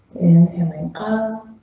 and coming up.